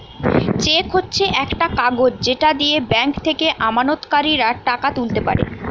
check হচ্ছে একটা কাগজ যেটা দিয়ে ব্যাংক থেকে আমানতকারীরা টাকা তুলতে পারে